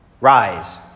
Rise